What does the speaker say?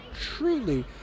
truly